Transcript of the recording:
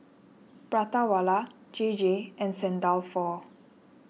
Prata Wala J J and Saint Dalfour